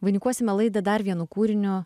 vainikuosime laidą dar vienu kūriniu